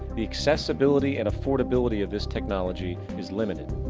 the accessibility and affordability of this technology is limited.